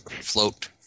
float